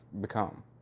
become